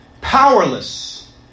powerless